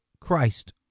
Christ